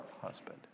husband